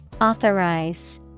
Authorize